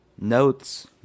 notes